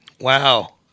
Wow